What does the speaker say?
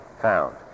found